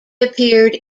appeared